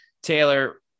Taylor